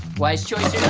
wise choice